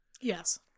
yes